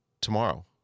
tomorrow